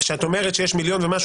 כשאת אומרת שיש מיליון ומשהו,